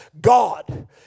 God